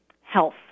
health